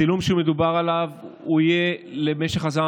הצילום שמדובר עליו יהיה למשך הזמן